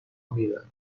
میرم